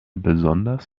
besonders